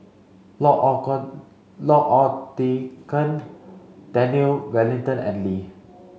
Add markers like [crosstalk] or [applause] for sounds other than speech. [unintelligible] L'odican Daniel Wellington and Lee